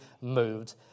moved